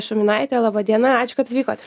šuminaitė laba diena ačiū kad atvykot